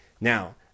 Now